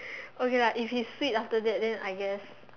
okay lah if he is sweet after that then I guess